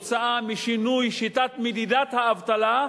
בגלל שינוי שיטת מדידת האבטלה,